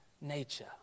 nature